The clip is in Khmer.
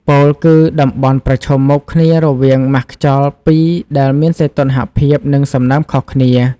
ពោលគឺតំបន់ប្រឈមមុខគ្នារវាងម៉ាស់ខ្យល់ពីរដែលមានសីតុណ្ហភាព និងសំណើមខុសគ្នា។